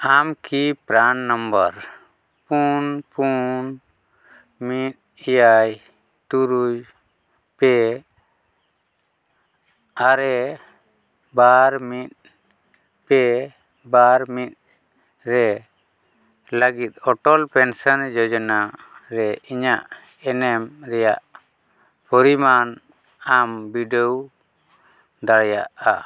ᱟᱢᱠᱤ PRAN number ᱯᱩᱱ ᱯᱩᱱ ᱢᱤᱫ ᱮᱭᱟᱭ ᱛᱩᱨᱩᱭ ᱯᱮ ᱟᱨᱮ ᱵᱟᱨ ᱢᱤᱫ ᱯᱮ ᱵᱟᱨ ᱢᱤᱫ ᱨᱮ ᱞᱟᱜᱤᱫ ᱚᱴᱳᱞ ᱯᱮᱱᱥᱚᱱ ᱡᱳᱡᱚᱱᱟ ᱨᱮ ᱤᱧᱟᱹᱜ ᱮᱱᱮᱢ ᱨᱮᱭᱟᱜ ᱯᱚᱨᱤᱢᱟᱱ ᱟᱢ ᱵᱤᱰᱟᱹᱣ ᱫᱟᱲᱮᱭᱟᱜᱼᱟ